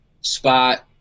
spot